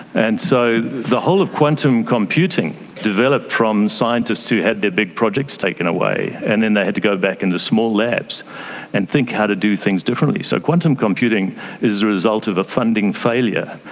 and so the whole of quantum computing developed from scientists who had their big projects taken away, and then they had to go back into small labs and think how to do things differently. so quantum computing is the result of a funding failure,